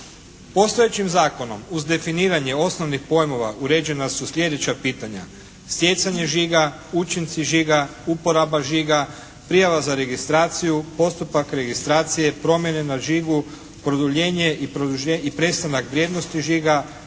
Postojećim zakonom uz definiranje osnovnih pojmova uređena su sljedeća pitanja: stjecanje žiga, učinci žiga, uporaba žiga, prijava za registraciju, postupak registracije, promjene na žigu, produljenje i prestanak vrijednosti žiga,